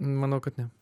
manau kad ne